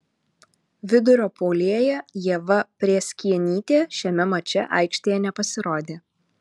vidurio puolėja ieva prėskienytė šiame mače aikštėje nepasirodė